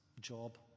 job